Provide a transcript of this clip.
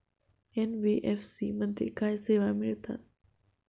NBFC मध्ये काय सेवा मिळतात?